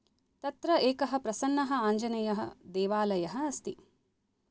तत्र एक प्रसन्न आञ्जनेय देवालय अस्ति